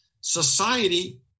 society